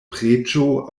preĝo